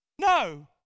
No